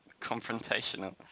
confrontational